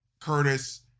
Curtis